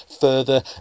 further